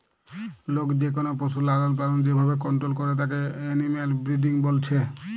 লোক যেকোনো পশুর লালনপালন যে ভাবে কন্টোল করে তাকে এনিম্যাল ব্রিডিং বলছে